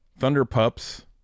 Thunderpups